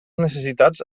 necessitats